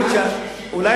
איך הצלחתם,